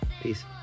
Peace